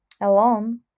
alone